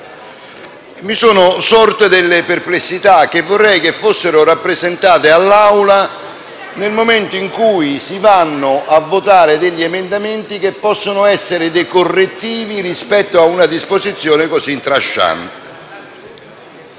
mi sono sorte delle perplessità che vorrei fossero rappresentate all'Assemblea in un momento in cui si votano degli emendamenti che possono essere dei correttivi rispetto a una disposizione così *tranchant*.